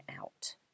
out